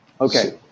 Okay